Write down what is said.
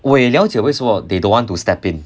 我也了解为什么 they don't want to step in